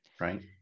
Right